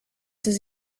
does